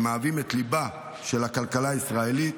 המהווים את ליבה של הכלכלה הישראלית,